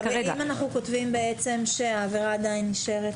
ומה אם אנחנו כותבים שהעבירה עדיין נשארת